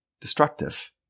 destructive